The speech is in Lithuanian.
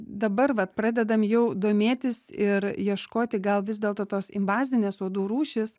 dabar vat pradedam jau domėtis ir ieškoti gal vis dėlto tos invazinės uodų rūšys